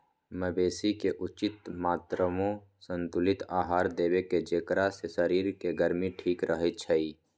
मवेशी के उचित मत्रामें संतुलित आहार देबेकेँ जेकरा से शरीर के गर्मी ठीक रहै छइ